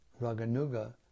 raganuga